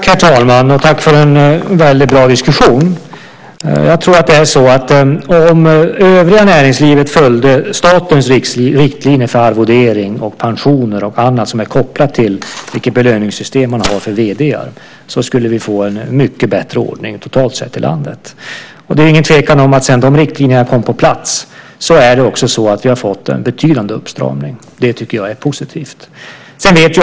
Herr talman! Tack för en bra diskussion! Jag tror att om det övriga näringslivet följde statens riktlinjer för arvodering, pensioner och annat som är kopplat till vilket belöningssystem man har för vd:ar så skulle vi få en mycket bättre ordning totalt sett i landet. Det råder ingen tvekan om att sedan de riktlinjerna kom på plats har vi också fått en betydande uppstramning. Det tycker jag är positivt.